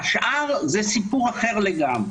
והשאר זה סיפור אחר לגמרי.